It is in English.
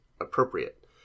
appropriate